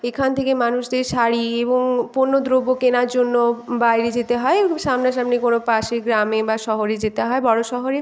এখান থেকে মানুষদের শাড়ি এবং পণ্য দ্রব্য কেনার জন্য বাইরে যেতে হয় সামনাসামনি কোনো পাশের গ্রামে বা শহরে যেতে হয় বড় শহরে